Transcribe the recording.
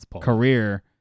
career